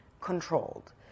controlled